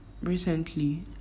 recently